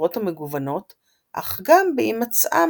בצורות המגוונות אך גם בהמצאם